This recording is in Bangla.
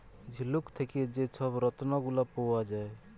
ঝিলুক থ্যাকে যে ছব রত্ল গুলা পাউয়া যায়